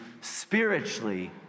spiritually